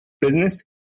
business